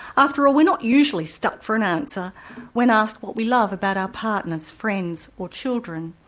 after all, we're not usually stuck for an answer when asked what we love about our partners, friends or children,